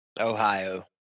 Ohio